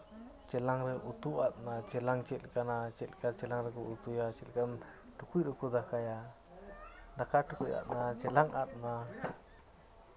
ᱪᱮᱞᱟᱝ ᱨᱮ ᱩᱛᱩ ᱟᱫ ᱮᱱᱟ ᱪᱮᱞᱟᱝ ᱪᱮᱫᱞᱮᱠᱟᱱᱟ ᱪᱮᱫᱞᱮᱠᱟ ᱪᱮᱞᱟᱝ ᱨᱮᱠᱚ ᱩᱛᱩᱭᱟ ᱪᱮᱫᱞᱮᱠᱟᱱ ᱴᱩᱠᱩᱡ ᱨᱮᱠᱚ ᱫᱟᱠᱟᱭᱟ ᱫᱟᱠᱟ ᱴᱩᱠᱩᱡ ᱟᱫ ᱮᱱᱟ ᱟᱨ ᱪᱮᱞᱟᱝ ᱟᱫ ᱮᱱᱟ